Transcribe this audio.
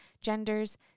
genders